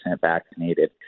vaccinated